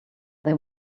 they